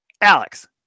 Alex